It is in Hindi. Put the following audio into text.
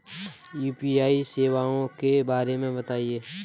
यू.पी.आई सेवाओं के बारे में बताएँ?